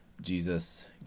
Jesus